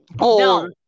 No